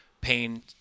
pain